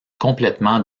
complètement